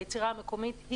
ביצירה המקומית,